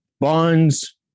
Bonds